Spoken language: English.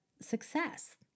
success